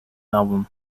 album